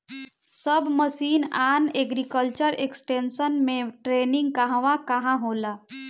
सब mission on agriculture extension मै टेरेनीं कहवा कहा होला?